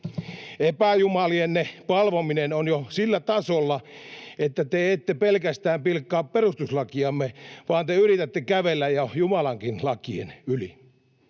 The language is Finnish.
Epäjumalienne palvominen on jo sillä tasolla, että te ette pelkästään pilkkaa perustuslakiamme vaan te yritätte kävellä jo Jumalankin lakien yli.